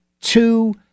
Two